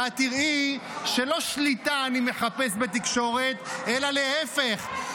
ואת תראי שלא שליטה אני מחפש בתקשורת אלא להפך,